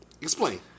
Explain